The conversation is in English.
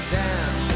down